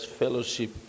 fellowship